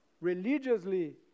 Religiously